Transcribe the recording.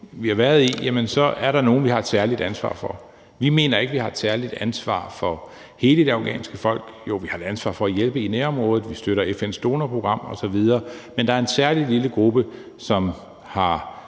vi har været i, så er det nogle, vi har et særligt ansvar for. Vi mener ikke, vi har et særligt ansvar for hele det afghanske folk. Jo, vi har et ansvar for at hjælpe i nærområdet; vi støtter FN's donorprogram osv., men der er en særlig lille gruppe, som har